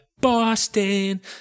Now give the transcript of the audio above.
Boston